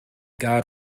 god